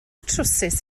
trywsus